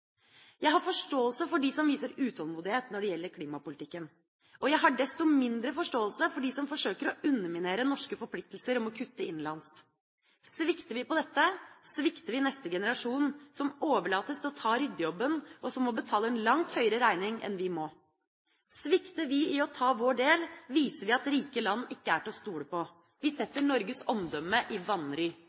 Jeg har forståelse for dem som viser utålmodighet når det gjelder klimapolitikken. Og jeg har desto mindre forståelse for dem som forsøker å underminere norske forpliktelser om å kutte innenlands. Svikter vi på dette, svikter vi neste generasjon, som overlates til å ta ryddejobben, og som må betale en langt høyere regning enn vi må. Svikter vi i å ta vår del, viser vi at rike land ikke er til å stole på. Vi setter Norges omdømme i vanry.